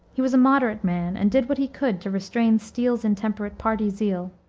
he was a moderate man, and did what he could to restrain steele's intemperate party zeal.